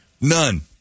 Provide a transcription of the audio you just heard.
None